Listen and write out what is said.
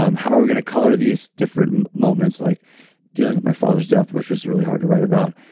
um how are we going to color these different moments? like dealing with my father's death which was really hard to write about.